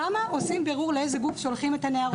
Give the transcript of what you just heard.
כמה עושים בירור לאיזה גוף שולחים את הנבות.